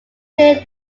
clear